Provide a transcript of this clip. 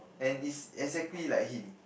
and is exactly like him